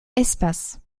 espace